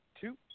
two